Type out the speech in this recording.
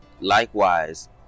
likewise